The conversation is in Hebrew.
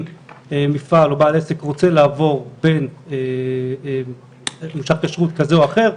גם אם מפעל או בעל עסק רוצה לעבור בין גוף כשרות כזה או אחר,